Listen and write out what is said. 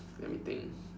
let me think